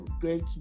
great